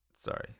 Sorry